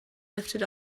lifted